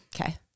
Okay